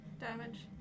damage